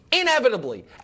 inevitably